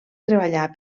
treballar